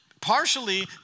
Partially